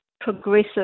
progressive